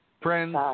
friends